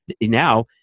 now